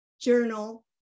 journal